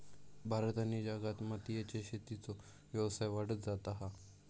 भारत आणि जगात मोतीयेच्या शेतीचो व्यवसाय वाढत जाता हा